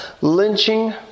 lynching